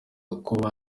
uko